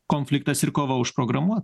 konfliktas ir kova užprogramuoti